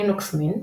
לינוקס מינט,